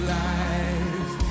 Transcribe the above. life